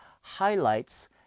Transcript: highlights